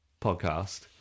podcast